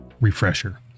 refresher